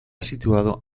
situado